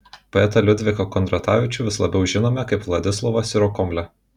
poetą liudviką kondratavičių mes labiau žinome kaip vladislavą sirokomlę